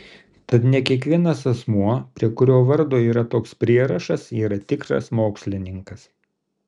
tad ne kiekvienas asmuo prie kurio vardo yra toks prierašas yra tikras mokslininkas